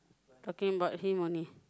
talking about him only